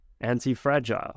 anti-fragile